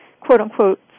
quote-unquote